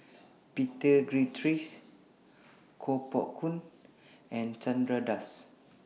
Peter Gilchrist Koh Poh Koon and Chandra Das